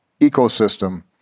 ecosystem